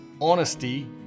Honesty